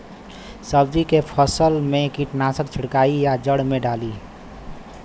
सब्जी के फसल मे कीटनाशक छिड़काई या जड़ मे डाली?